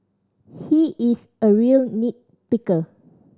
he is a real nit picker